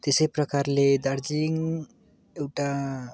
त्यसै प्रकारले दार्जिलिङ एउटा